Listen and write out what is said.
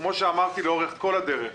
כמו שאמרתי לאורך כל הדרך,